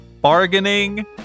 Bargaining